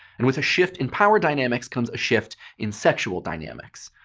and with a shift in power dynamics comes a shift in sexual dynamics.